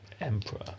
emperor